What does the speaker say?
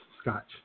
scotch